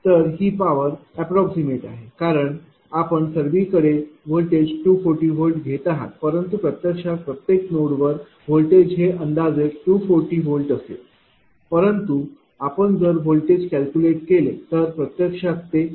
तर ही power approximate आहे कारण आपण सर्वीकडे व्होल्टेज 240 V घेत आहात परंतु प्रत्यक्षात प्रत्येक नोड वर व्होल्टेज हे अंदाजे 240 V असते परंतु आपण जर व्होल्टेज कॅल्क्युलेट केले तर प्रत्यक्षात ते भिन्न असेल